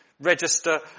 register